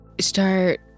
start